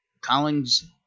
Collins –